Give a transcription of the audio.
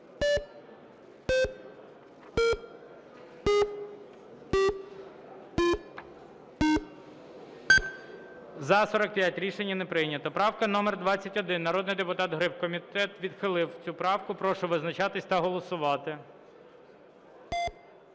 За-45 Рішення не прийнято. Правка номер 21, народний депутат Гриб. Комітет відхилив цю правку. Прошу визначатись та голосувати.